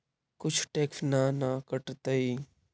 कुछ टैक्स ना न कटतइ?